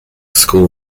school